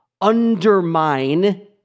undermine